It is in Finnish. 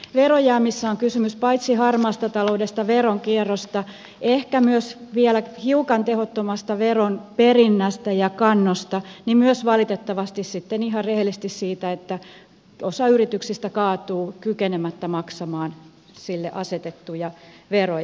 verojäämissä on kysymys paitsi harmaasta taloudesta veronkierrosta ehkä myös vielä hiukan tehottomasta veronperinnästä ja kannosta kuin myös valitettavasti sitten ihan rehellisesti siitä että osa yrityksistä kaatuu kykenemättä maksamaan niille asetettuja veroja